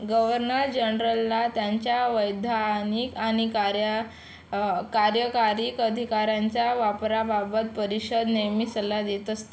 governor जनरलला त्यांच्या वैधानिक आणि कार्या कार्यकारी अधिकारांच्या वापराबाबत परिषद नेहमी सल्ला देत असते